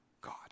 God